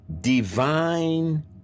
divine